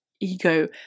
ego